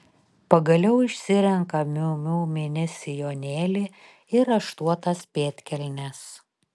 pagaliau išsirenka miu miu mini sijonėlį ir raštuotas pėdkelnes